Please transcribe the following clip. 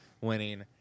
winning